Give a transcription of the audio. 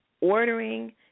ordering